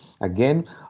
Again